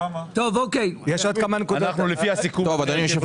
עד היום